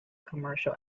commercial